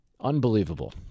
Unbelievable